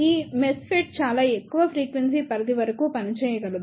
ఈ MESFET చాలా ఎక్కువ ఫ్రీక్వెన్సీ పరిధి వరకు పనిచేయదు